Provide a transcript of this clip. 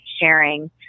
sharing